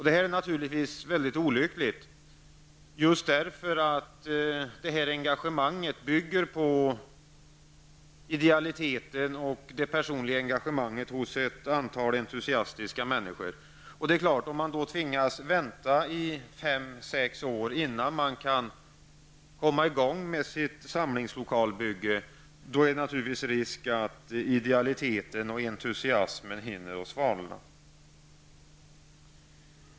Detta är naturligtvis mycket olyckligt eftersom engagemanget bygger på idealitet och det personliga engagemanget hos ett antal entusiastiska människor. Om man tvingas vänta i fem sex år innan man kan komma igång med sitt samlingslokalbygge är det risk att idealiteten och entusiasmen hinner svalna.